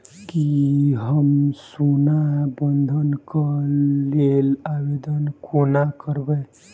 की हम सोना बंधन कऽ लेल आवेदन कोना करबै?